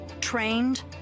trained